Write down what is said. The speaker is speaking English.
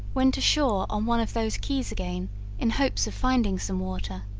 went ashore on one of those keys again in hopes of finding some water.